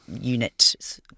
unit